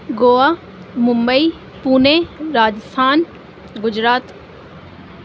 Goa Mumbai Pune Rajasthan Gujarat